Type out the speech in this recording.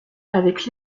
avec